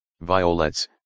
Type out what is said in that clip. violets